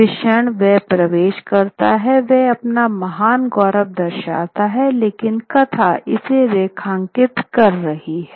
जिस क्षण वह प्रवेश करता है वह अपना महान गौरव दर्शाता है लेकिन कथा इसे रेखांकित कर रही है